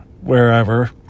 wherever